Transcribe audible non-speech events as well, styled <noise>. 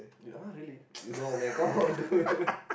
ah really no man come on dude <laughs>